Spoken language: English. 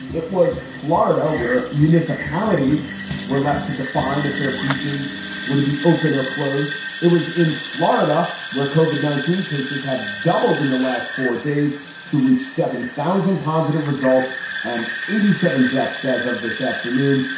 it was florida where municipalities were left to define if their beaches were to be open or closed it was in florida where cauvin nineteen cases have doubled in the last four days to reach seven thousand positive results and eighty seven deaths, says of this afternoon.